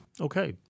Okay